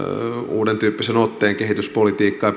uudentyyppisen otteen kehityspolitiikkaan